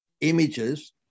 images